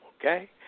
Okay